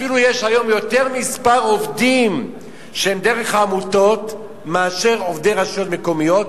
אפילו יש היום יותר עובדים שהם דרך העמותות מאשר עובדי רשויות מקומיות,